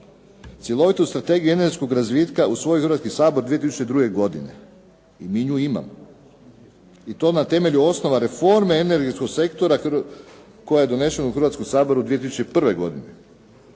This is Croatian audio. cjelovitu Strategiju energetskog razvitka usvojio Hrvatski sabor 2002. godine i mi nju imamo i to na temelju osnova reforme energetskog sektora koja je donesena u Hrvatskom saboru 2001. godine.